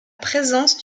présence